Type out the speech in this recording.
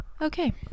Okay